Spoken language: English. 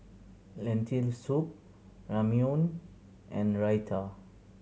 Lentil Soup Ramyeon and Raita